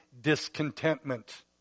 discontentment